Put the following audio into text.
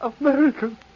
American